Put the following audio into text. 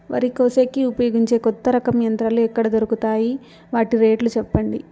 వరి కోసేకి ఉపయోగించే కొత్త రకం యంత్రాలు ఎక్కడ దొరుకుతాయి తాయి? వాటి రేట్లు చెప్పండి?